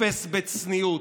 אפס בצניעות,